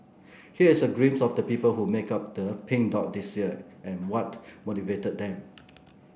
here is a glimpse of the people who made up the Pink Dot this year and what motivated them